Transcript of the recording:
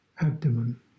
abdomen